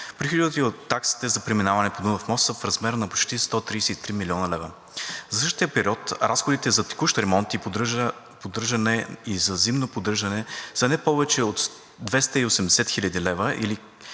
приходите от таксите за преминаване по Дунав мост са в размер на почти 133 млн. лв. За същия период разходите за текущ ремонт и за зимно поддържане са не повече от 280 хил. лв., или